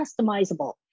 customizable